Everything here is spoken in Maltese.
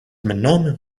minnhom